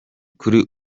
kuri